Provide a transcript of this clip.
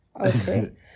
Okay